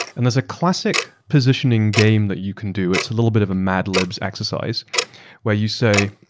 and there's a classic positioning game that you can do. it's a little bit of a mad libs exercise where you say,